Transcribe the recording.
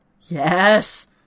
Yes